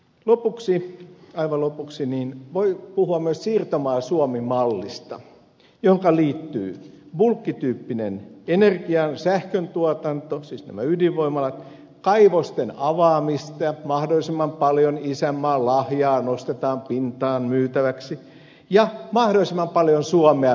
lopuksi aivan lopuksi voi puhua myös siirtomaa suomi mallista johonka liittyy bulkkityyppinen energian sähköntuotanto siis nämä ydinvoimalat kaivosten avaamista mahdollisimman paljon isänmaan lahjaa nostetaan pintaan myytäväksi ja mahdollisimman paljon suomea veden alle